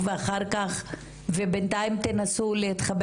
אחרת היא הייתה פה